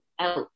out